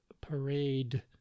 parade